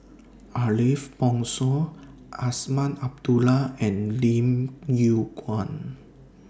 Ariff Bongso Azman Abdullah and Lim Yew Kuan